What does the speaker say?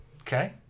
Okay